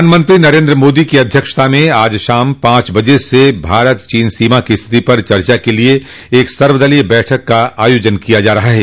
प्रधानमंत्री नरेन्द्र मोदी की अध्यक्षता में आज शाम पांच बजे से भारत चीन सीमा की स्थिति पर चर्चा के लिए एक सर्वदलीय बैठक आयोजित की गई है